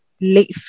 late